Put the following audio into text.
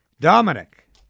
Dominic